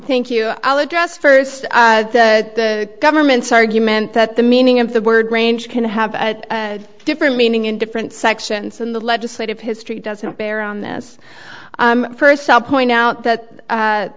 thank you alex ross first said the government's argument that the meaning of the word range can have different meaning in different sections in the legislative history doesn't bear on this first some point out that